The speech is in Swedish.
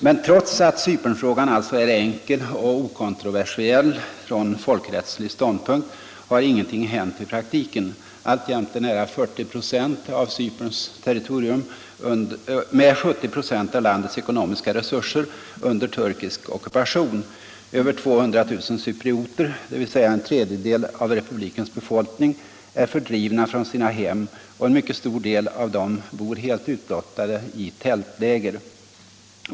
Men trots att Cypernfrågan alltså är enkel och okontroversiell från folkrättslig ståndpunkt har efter resolutionerna ingenting hänt i praktiken. Alltjämt är nära 40 96 av Cyperns territorium med 70 96 av landets ekonomiska resurser under turkisk ockupation. Över 200 000 cyprioter, dvs. en tredjedel av republikens befolkning, är fördrivna från sina hem, och en mycket stor del av dem bor helt utblottade i tältläger.